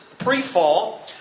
pre-fall